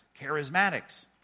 Charismatics